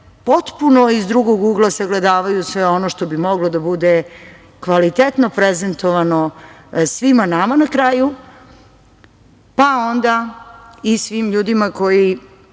potpuno iz drugog ugla sagledavaju sve ono što bi moglo da bude kvalitetno prezentovano svima nama na kraju, pa onda i svim ljudima koji